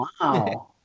Wow